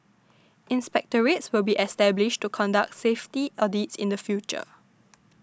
inspectorates will be established to conduct safety audits in the future